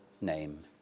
name